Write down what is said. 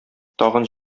тагын